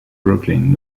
brooklyn